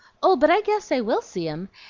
oh, but i guess i will see em!